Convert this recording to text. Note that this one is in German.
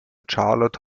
charlotte